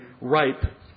ripe